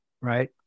right